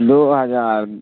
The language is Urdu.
دو ہزار